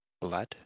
blood